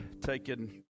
taking